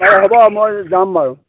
বাৰু হ'ব মই যাম বাৰু